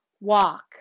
walk